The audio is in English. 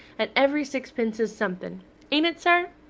and every sixpence is something ain't it, sir?